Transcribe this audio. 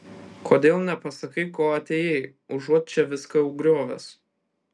kodėl nepasakai ko atėjai užuot čia viską griovęs